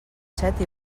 set